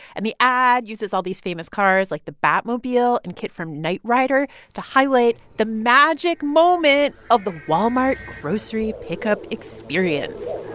and the ad uses all these famous cars, like the batmobile and kitt from knight rider to highlight the magic moment of the walmart grocery pickup experience